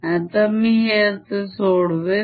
आता मी हे असे सोडवेन